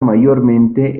mayormente